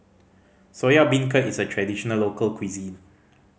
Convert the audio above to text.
Soya Beancurd is a traditional local cuisine